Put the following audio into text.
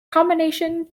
combination